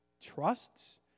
trusts